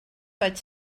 vaig